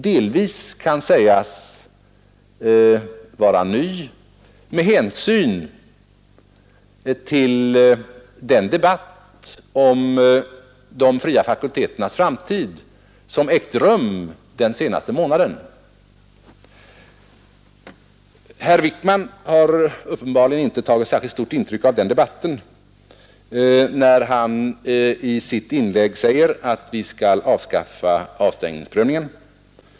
Delvis kan den sägas vara ny med hänsyn till den debatt om de fria fakulteternas framtid som ägt rum den senaste månaden. Herr Wijkman har uppenbarligen inte tagit särskilt djupt intryck av den debatten, när han i sitt inlägg säger att vi skall avskaffa avstängningsprövningen.